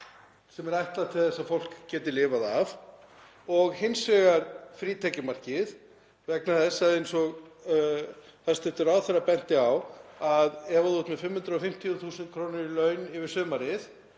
sem er ætlað til þess að fólk geti lifað af, og hins vegar frítekjumarkið vegna þess, eins og hæstv. ráðherra benti á, að ef þú ert með 550 þús. kr. í laun yfir sumarið